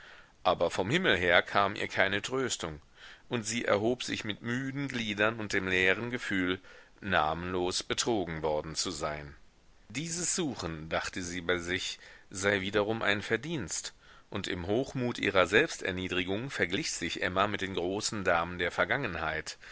aber vom himmel her kam ihr keine tröstung und sie erhob sich mit müden gliedern und dem leeren gefühl namenlos betrogen worden zu sein dieses suchen dachte sie bei sich sei wiederum ein verdienst und im hochmut ihrer selbsterniedrigung verglich sich emma mit den großen damen der vergangenheit